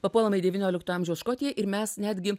papuolama į devyniolikto amžiaus škotiją ir mes netgi